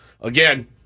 Again